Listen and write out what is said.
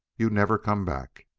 you never come back